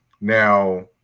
Now